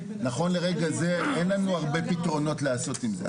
נכון לרגע זה אין לנו הרבה פתרונות לעשות עם זה.